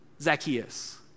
Zacchaeus